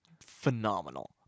phenomenal